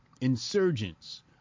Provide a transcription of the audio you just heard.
insurgents